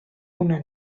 una